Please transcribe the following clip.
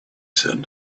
said